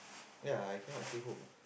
ya I cannot stay home